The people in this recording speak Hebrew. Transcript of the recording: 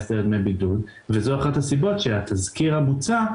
--- דמי בידוד וזו אחת הסיבות שהתזכיר המוצע,